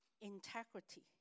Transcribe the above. integrity